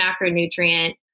macronutrient